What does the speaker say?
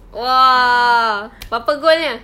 !wah! berapa goal nya